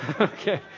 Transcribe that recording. Okay